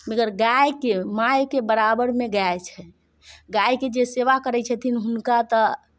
मगर गायके मायके बराबरमे गाय छै गायके जे सेवा करै छथिन हुनका तऽ